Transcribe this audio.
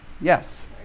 Yes